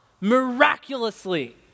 miraculously